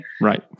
Right